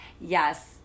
Yes